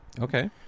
Okay